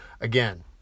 Again